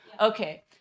Okay